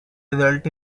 result